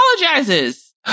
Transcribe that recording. apologizes